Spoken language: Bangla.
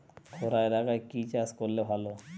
খরা এলাকায় কি চাষ করলে ভালো?